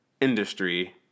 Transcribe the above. industry